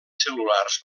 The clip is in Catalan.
cel·lulars